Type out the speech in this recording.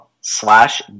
slash